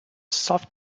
soft